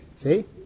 See